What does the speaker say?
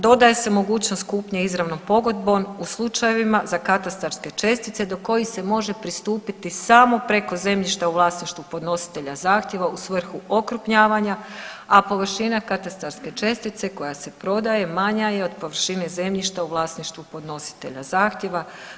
Dodaje se mogućnost kupnje izravnom pogodbom u slučajevima za katastarske čestice do kojih se može pristupiti samo preko zemljišta u vlasništvu podnositelja zahtjeva u svrhu okrupnjavanja, a površina katastarske čestice koja se prodaje manja je od površine zemljišta u vlasništvu podnositelja zahtjeva.